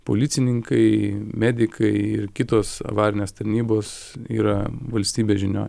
policininkai medikai ir kitos avarinės tarnybos yra valstybės žinioj